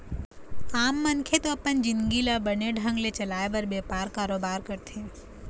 आम मनखे तो अपन जिंनगी ल बने ढंग ले चलाय बर बेपार, कारोबार करथे